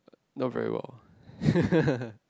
not very well